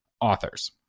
authors